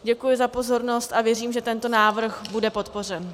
Děkuji za pozornost a věřím, že tento návrh bude podpořen.